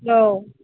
औ